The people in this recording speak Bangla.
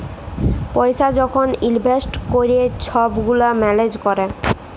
পইসা যখল ইলভেস্ট ক্যরে ছব গুলা ম্যালেজ ক্যরে